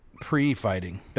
Pre-fighting